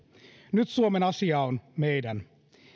nyt suomen asia on meidän